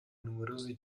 numerosi